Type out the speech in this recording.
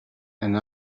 and